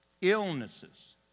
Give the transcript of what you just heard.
illnesses